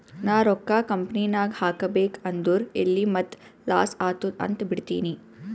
ನಾ ರೊಕ್ಕಾ ಕಂಪನಿನಾಗ್ ಹಾಕಬೇಕ್ ಅಂದುರ್ ಎಲ್ಲಿ ಮತ್ತ್ ಲಾಸ್ ಆತ್ತುದ್ ಅಂತ್ ಬಿಡ್ತೀನಿ